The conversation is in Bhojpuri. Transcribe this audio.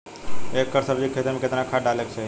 एक एकड़ सब्जी के खेती में कितना खाद डाले के चाही?